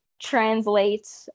translate